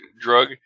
drug